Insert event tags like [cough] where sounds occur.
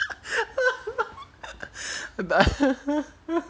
[laughs]